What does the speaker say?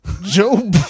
Joe